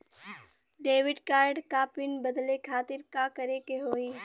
Debit card क pin बदले खातिर का करेके होई?